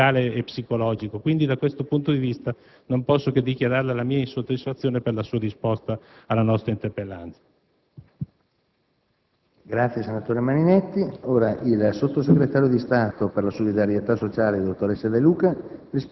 fiscale e psicologico. Da questo punto di vista, quindi, non posso che dichiarare la mia insoddisfazione per la sua risposta alla nostra interpellanza.